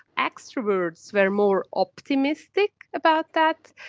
extroverts were more optimistic about that,